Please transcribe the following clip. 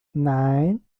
nine